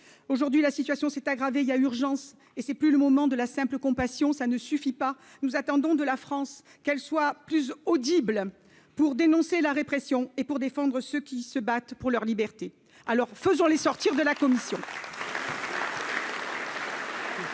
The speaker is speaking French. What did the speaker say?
aujourd'hui la situation s'est aggravée, il y a urgence et c'est plus le moment de la simple compassion ça ne suffit pas, nous attendons de la France, qu'elle soit plus audible pour dénoncer la répression et pour défendre ceux qui se battent pour leur liberté, alors faisons les sortir de la commission.